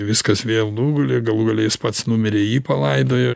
viskas vėl nugulė galų gale jis pats numirė jį palaidojo